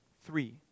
Three